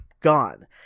gone